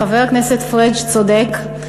חבר הכנסת פריג' צודק,